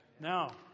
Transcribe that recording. Now